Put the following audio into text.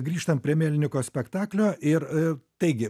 grįžtam prie melniko spektaklio ir taigi